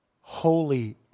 holy